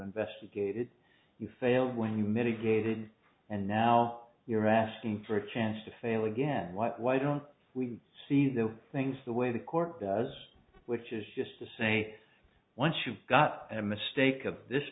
investigated you failed when you mitigated and now you're asking for a chance to fail again why don't we see the things the way the court does which is just to say once you've got a mistake of this